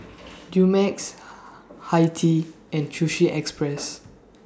Dumex Hi Tea and Sushi Express